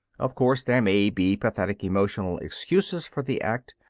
of course there may be pathetic emotional excuses for the act.